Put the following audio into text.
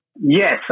Yes